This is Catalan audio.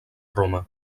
roma